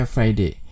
Friday